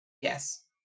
Yes